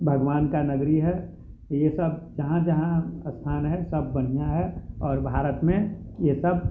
भगवान की नगरी है ये सब जहाँ जहाँ स्थान है सब बढ़िया है और भारत में ये सब